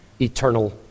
Eternal